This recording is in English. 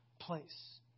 place